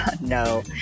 No